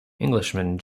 englishman